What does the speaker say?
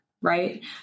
Right